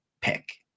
pick